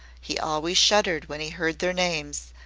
he always shuddered when he heard their names,